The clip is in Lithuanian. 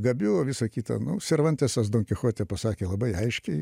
gabių o visa kita nu servantesas donkichote pasakė labai aiškiai